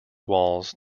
walls